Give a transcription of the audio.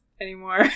anymore